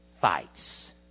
fights